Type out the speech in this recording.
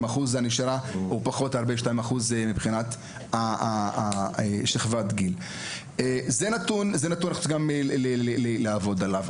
אלה נתונים על שכבת הגיל וזה עניין שצריך לעבוד עליו.